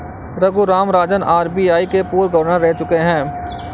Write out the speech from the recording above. Raghuram Rajan RBI के पूर्व governor रह चुके हैं